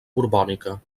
borbònica